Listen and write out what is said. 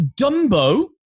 Dumbo